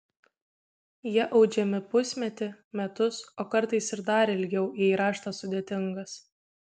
jie audžiami pusmetį metus o kartais ir dar ilgiau jei raštas sudėtingas